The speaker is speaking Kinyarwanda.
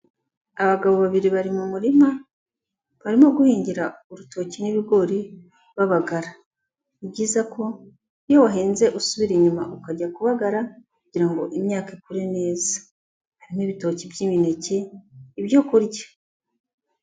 Abagabo babiri bari mu murima, barimo guhingira urutoki n'ibigori babagara, ni byiza ko iyo wahinze usubira inyuma ukajya kubagara kugira ngo imyaka ikure neza, harimo ibitoki by'imineke, ibyo kurya.